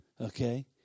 Okay